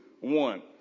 one